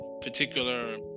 particular